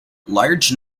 large